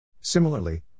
Similarly